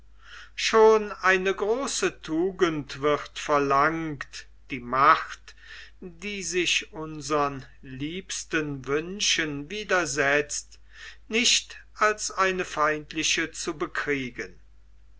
schon eine große tugend wird verlangt die macht die sich unsern liebsten wünschen widersetzt nicht als eine feindliche zu bekriegen